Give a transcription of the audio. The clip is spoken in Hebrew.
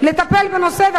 לטפל בנושא,